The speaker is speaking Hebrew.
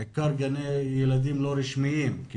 בעיקר גני ילדים לא רשמיים,